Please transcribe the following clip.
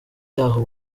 y’aho